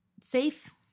safe